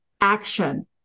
action